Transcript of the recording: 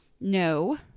No